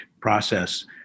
process